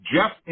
Jeff